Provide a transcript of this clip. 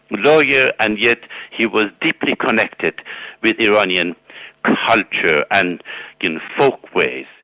you know yeah and yet he was deeply connected with iranian culture and in folk ways.